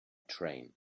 train